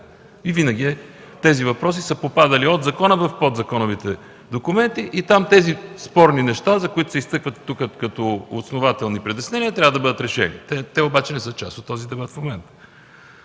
И винаги тези въпроси са попадали от закона в подзаконовите документи и там тези спорни неща, които се изтъкват тук като основателни за притеснения, трябва да бъдат решени. Те обаче не са част от този дебат в момента.